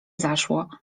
zaszło